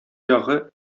ягы